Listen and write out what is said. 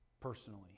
personally